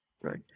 Right